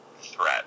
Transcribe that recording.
Threat